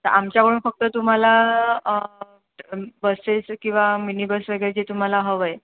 आमच्याकडून फक्त तुम्हाला बसेस किंवा मिनी बस वगैरे जे तुम्हाला हवं आहे